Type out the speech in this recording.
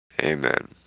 Amen